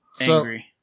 angry